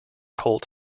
colt